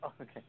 okay